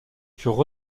furent